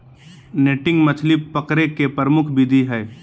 netting मछली पकडे के प्रमुख विधि हइ